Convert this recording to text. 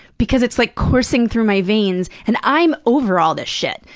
because it's, like, coursing through my veins. and i'm over all this shit,